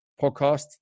podcast